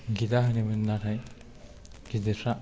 गेदा होयोमोन नाथाय गिदिरफ्रा